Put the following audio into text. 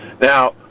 Now